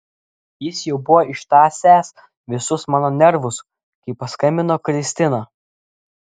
jis jau buvo ištąsęs visus mano nervus kai paskambino kristina